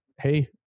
Hey